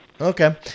Okay